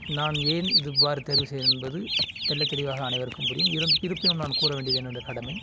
நான் ஏன் இது இவ்வாறு தேர்வு செய்தேன் என்பது தெள்ளத்தெளிவாக அனைவருக்கும் புரியும் இருப்பினும் நான் கூற வேண்டியது என்னுடைய கடமை